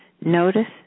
Notice